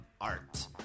art